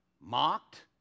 mocked